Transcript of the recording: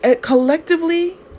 collectively